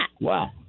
Wow